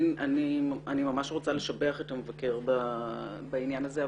אני ממש רוצה לשבח את המבקר בעניין הזה.